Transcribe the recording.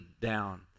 down